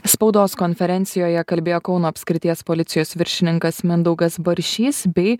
spaudos konferencijoje kalbėjo kauno apskrities policijos viršininkas mindaugas baršys bei